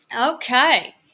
Okay